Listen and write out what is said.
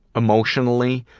emotionally